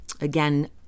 again